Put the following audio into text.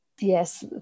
Yes